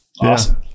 awesome